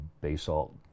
basalt